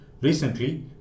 Recently